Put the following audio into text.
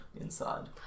inside